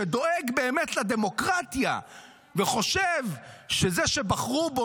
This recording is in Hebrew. שדואג באמת לדמוקרטיה וחושב שזה שבחרו בו